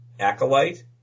Acolyte